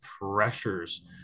pressures